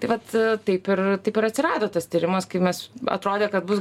tai vat taip ir taip ir atsirado tas tyrimas kai mes atrodė kad bus